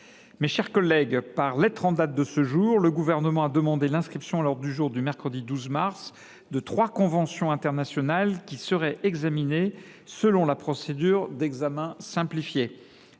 Mes chers collègues, par lettre en date de ce jour, le Gouvernement a demandé l’inscription à l’ordre du jour du mercredi 12 mars de trois conventions internationales, qui seraient examinées selon la procédure d’examen simplifiée.